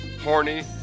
horny